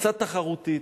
קצת תחרותית,